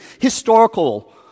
historical